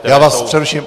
Já vás přeruším.